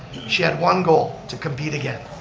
she had one goal, to compete again,